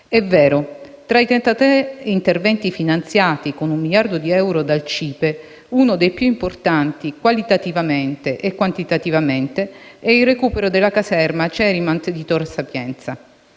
«È vero. Tra i trentatré interventi finanziati con un miliardo di euro dal CIPE, uno dei più importanti, qualitativamente e quantitativamente, è il recupero della caserma Cerimant di Tor Sapienza.